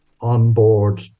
onboard